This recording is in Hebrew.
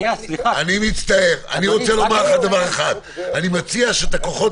אני מציע שאת כל הכוחות